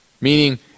Meaning